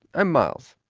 i'm miles.